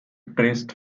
pressed